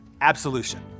absolution